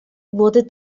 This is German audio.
wurde